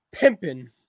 Pimpin